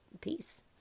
peace